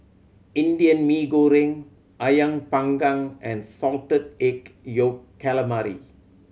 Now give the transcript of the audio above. Indian Mee Goreng Ayam Panggang and Salted Egg Yolk Calamari